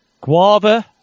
Guava